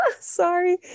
sorry